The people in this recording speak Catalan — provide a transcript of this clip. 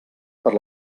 per